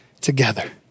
together